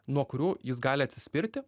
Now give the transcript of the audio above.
nuo kurių jis gali atsispirti